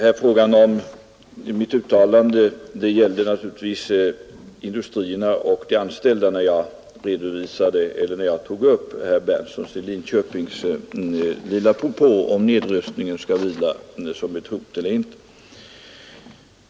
Fru talman! Mitt uttalande gällde naturligtvis industrierna och de anställda när jag tog upp herr Berndtsons i Linköping lilla propå om huruvida nedrustningen skall vila som ett hot eller inte.